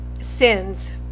Sins